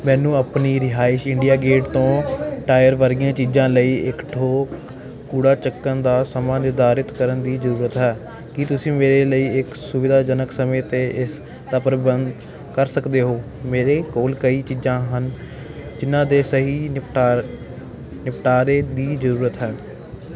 ਮੈਨੂੰ ਆਪਣੀ ਰਿਹਾਇਸ਼ ਇੰਡੀਆ ਗੇਟ ਤੋਂ ਟਾਇਰ ਵਰਗੀਆਂ ਚੀਜ਼ਾਂ ਲਈ ਇੱਕ ਥੋਕ ਕੂੜਾ ਚੁੱਕਣ ਦਾ ਸਮਾਂ ਨਿਰਧਾਰਤ ਕਰਨ ਦੀ ਜ਼ਰੂਰਤ ਹੈ ਕੀ ਤੁਸੀਂ ਮੇਰੇ ਲਈ ਇੱਕ ਸੁਵਿਧਾਜਨਕ ਸਮੇਂ 'ਤੇ ਇਸ ਦਾ ਪ੍ਰਬੰਧ ਕਰ ਸਕਦੇ ਹੋ ਮੇਰੇ ਕੋਲ ਕਈ ਚੀਜ਼ਾਂ ਹਨ ਜਿਨ੍ਹਾਂ ਦੇ ਸਹੀ ਨਿਪਟਾ ਨਿਪਟਾਰੇ ਦੀ ਜ਼ਰੂਰਤ ਹੈ